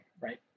right